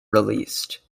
released